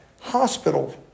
hospital